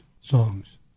songs